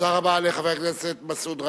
תודה רבה לחבר הכנסת מסעוד גנאים.